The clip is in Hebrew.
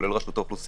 כולל רשות האוכלוסין,